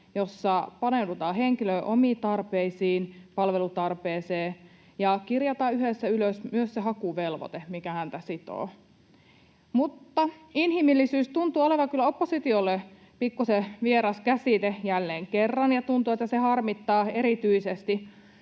jossa paneudutaan henkilön omiin tarpeisiin, palvelutarpeeseen, ja kirjataan yhdessä ylös myös se hakuvelvoite, mikä häntä sitoo. Mutta inhimillisyys tuntuu olevan kyllä oppositiolle pikkuisen vieras käsite jälleen kerran, ja tuntuu, että se harmittaa erityisesti.